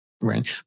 right